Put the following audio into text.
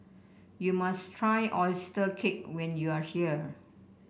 you must try oyster cake when you are here